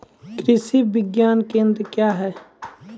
कृषि विज्ञान केंद्र क्या हैं?